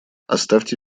оставьте